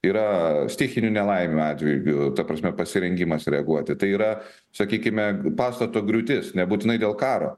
yra stichinių nelaimių atžvilgiu ta prasme pasirengimas reaguoti tai yra sakykime pastato griūtis nebūtinai dėl karo